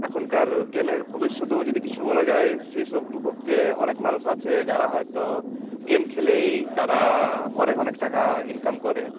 এখনকার গেমের ভবিষ্যতেও যদি কিছু বলা যায় সেই সম্প্কে অনেক মানুষ আছে যারা হয়তো গেম খেলেই তারা অনেক অনেক টাকা ইনকাম করে